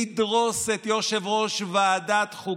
לדרוס את יושב-ראש ועדת החוקה,